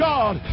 God